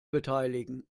beteiligen